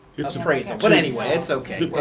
it's appraisal, but anyway. that's okay.